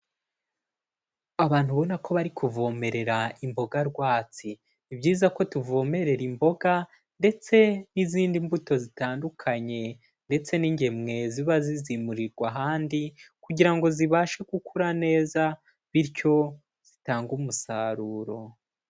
Abantu ubona ko bari kuvomerera imboga rwatsi. Ni byiza ko tuvomerera imboga ndetse n'izindi mbuto zitandukanye ndetse n'ingemwe ziba zizimurirwa ahandi kugira ngo zibashe gukura neza, bityo zitange umusaruro.